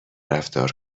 رفتار